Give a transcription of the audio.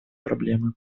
проблемы